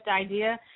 idea